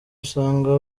usanga